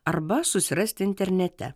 arba susirasti internete